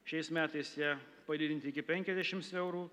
šiais metais jie padidinti iki penkiasdešims eurų